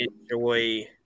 enjoy